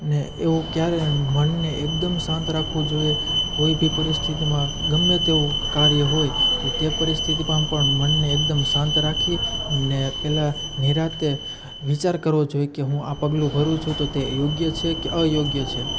અને એવું ક્યારે મનને એકદમ શાંત રાખવું જોઈએ કોઈ ભી પરિસ્થિતિમાં ગમે તેવો કાર્ય હોય તો તે પરિસ્થિતિમાં પણ મનને એકદમ શાંત રાખી ને પહેલા નિરાંતે વિચાર કરવો જોઈ કે હું આ પગલું ભરું છું તો તે યોગ્ય છે કે અયોગ્ય છે